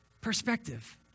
Perspective